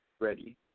ready